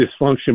dysfunction